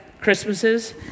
Christmases